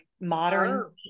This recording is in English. modern